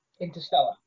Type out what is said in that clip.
Interstellar